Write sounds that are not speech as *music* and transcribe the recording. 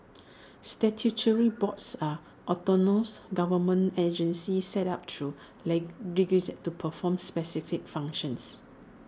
statutory boards are autonomous government agencies set up through *unintelligible* to perform specific functions